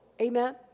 Amen